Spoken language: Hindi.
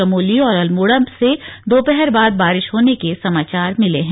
चमोली और अल्मोड़ा से दोपहर बाद बारिश होने के समाचार मिले हैं